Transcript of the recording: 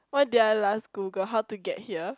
what they are last Google how to get here